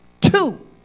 two